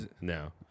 No